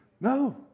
No